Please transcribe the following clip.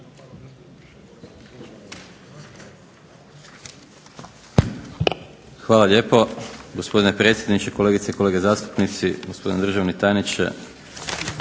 Hvala lijepo. Gospodine predsjedniče, kolegice i kolege zastupnici, gospodine državni tajniče.